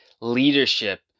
leadership